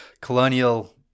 colonial